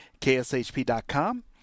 kshp.com